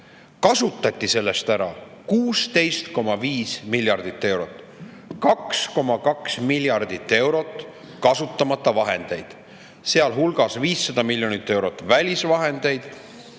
Kasutati sellest ära 16,5 miljardit eurot. 2,2 miljardit eurot kasutamata vahendeid, sealhulgas 500 miljonit eurot välisvahendeid!